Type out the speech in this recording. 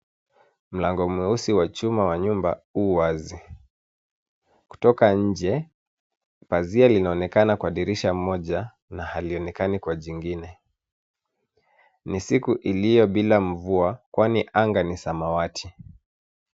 Mlango mweusi wa chuma wa nyumba u wazi. Kutoka nje pazia linaonekana kwa dirisha moja na halionekani kwa zingine. Ni siku iliyo bila mvua kwani anga ni samawati.